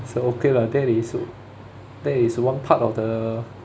so okay lah I think it suit that is one part of the